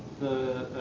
the, ah,